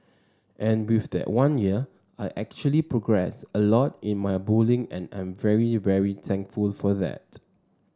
and with that one year I actually progressed a lot in my bowling and I'm very very thankful for that